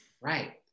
right